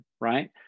right